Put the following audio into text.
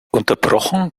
unterbrochen